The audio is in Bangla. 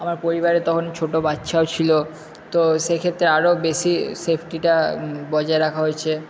আমার পরিবারে তখন ছোটো বাচ্চাও ছিল তো সেক্ষেত্রে আরো বেশি সেফটিটা বজায় রাখা হয়েছে